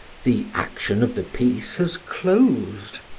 the action of the piece has closed.